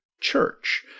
church